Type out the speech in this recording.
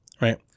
Right